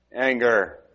anger